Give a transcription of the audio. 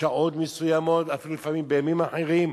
בשעות מסוימות, אפילו לפעמים בימים אחרים,